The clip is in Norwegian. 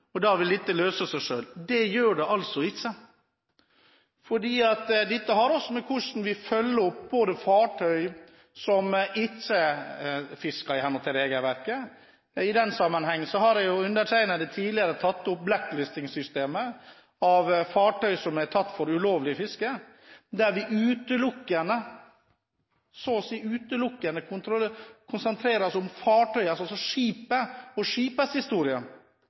og da vil dette løse seg selv. Det gjør det altså ikke. Dette har også med hvordan vi følger opp fartøy som ikke fisker i henhold til regelverket. I den sammenheng har undertegnede tidligere tatt opp «Black List»-systemet for fartøy som er tatt for ulovlig fiske, der vi utelukkende – så å si utelukkende – konsentrerer oss om fartøyet, altså skipet og skipets historie,